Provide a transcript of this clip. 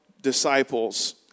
disciples